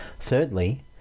Thirdly